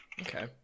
Okay